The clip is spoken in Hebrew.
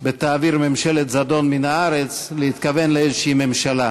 ב"תעביר ממשלת זדון מן הארץ" לאיזו ממשלה.